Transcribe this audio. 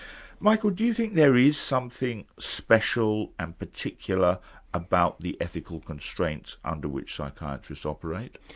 michael, do you think there is something special and particular about the ethical constraints under which psychiatrists operate?